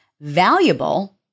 valuable